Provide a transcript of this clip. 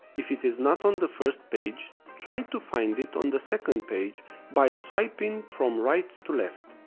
if it is not on the first page try to find it on the secondpage by swiping from right to left.